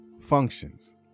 functions